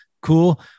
cool